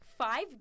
five